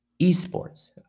eSports